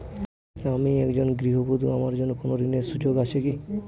আমি একজন গৃহবধূ আমার জন্য কোন ঋণের সুযোগ আছে কি?